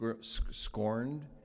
scorned